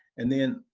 and then,